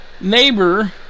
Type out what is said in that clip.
neighbor